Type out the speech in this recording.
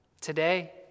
today